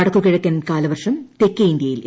വടക്കു കിഴക്കൻ കാലവർഷം തെക്കേ ഇന്ത്യയിൽ എത്തി